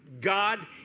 God